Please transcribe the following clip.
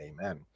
Amen